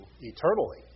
eternally